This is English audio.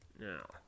Now